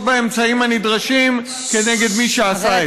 את האמצעים הנדרשים כנגד מי שעשה את זה.